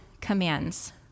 commands